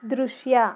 ದೃಶ್ಯ